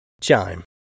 Chime